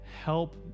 help